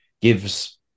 gives